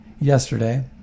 yesterday